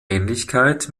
ähnlichkeit